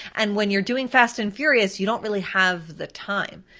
and when you're doing fast and furious, you don't really have the time.